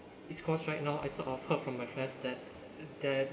its cost right now I sort of heard from my friends that that